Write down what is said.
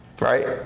right